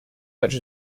such